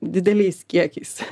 dideliais kiekiais